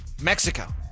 Mexico